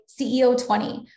CEO20